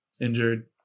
injured